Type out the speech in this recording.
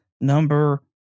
number